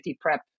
prep